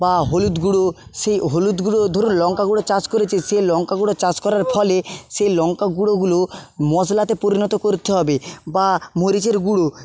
বা হলুদ গুঁড়ো সেই হলুদ গুঁড়ো ধরুন লঙ্কা গুঁড়ো চাষ করেছে সে লঙ্কা গুঁড়ো চাষ করার ফলে সে লঙ্কা গুঁড়োগুলো মশলাতে পরিণত করতে হবে বা মরিচের গুঁড়ো